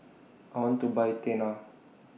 I want to Buy Tena